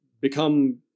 become